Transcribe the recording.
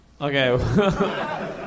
Okay